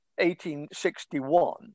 1861